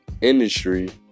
industry